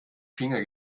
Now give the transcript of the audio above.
finger